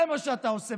זה מה שאתה עושה.